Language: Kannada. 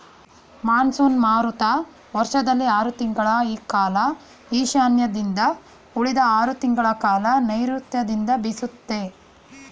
ಮಾನ್ಸೂನ್ ಮಾರುತ ವರ್ಷದಲ್ಲಿ ಆರ್ ತಿಂಗಳ ಕಾಲ ಈಶಾನ್ಯದಿಂದ ಉಳಿದ ಆರ್ ತಿಂಗಳಕಾಲ ನೈರುತ್ಯದಿಂದ ಬೀಸುತ್ತೆ